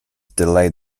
delayed